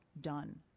done